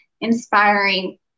inspiring